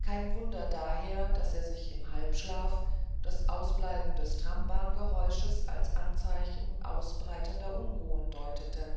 kein wunder daher daß er sich im halbschlaf das ausbleiben des trambahngeräusches als anzeichen ausbreitender unruhen deutete